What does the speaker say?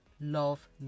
love